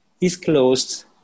disclosed